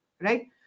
Right